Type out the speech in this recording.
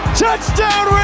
touchdown